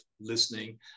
listening